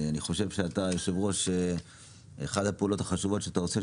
אני חושב שאחת הפעולות החשובות שאתה עושה,